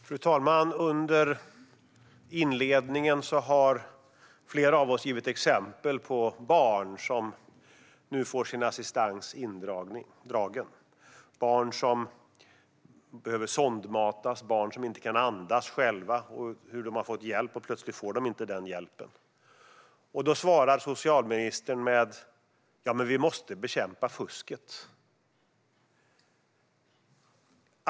Fru talman! Under inledningen av debatten har flera av oss givit exempel på barn som nu får sin assistans indragen. Det är barn som behöver sondmatas och barn som inte kan andas själva. Vi har talat om hur de har fått hjälp och plötsligt inte längre får denna hjälp. Då svarar socialministern med att säga: Men vi måste bekämpa fusket!